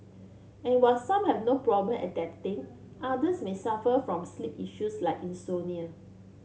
and while some have no problem adapting others may suffer from sleep issues like Insomnia